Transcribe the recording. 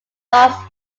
los